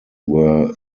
were